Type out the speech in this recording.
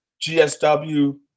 GSW